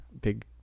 big